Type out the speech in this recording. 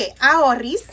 ahorris